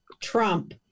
Trump